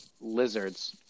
lizards